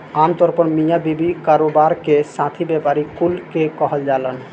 आमतौर पर मिया बीवी, कारोबार के साथी, व्यापारी कुल के कहल जालन